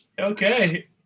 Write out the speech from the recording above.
Okay